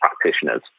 practitioners